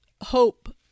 hope